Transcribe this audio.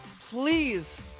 please